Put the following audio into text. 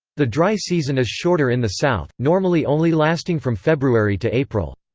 the dry season is shorter in the south, normally only lasting from february to april.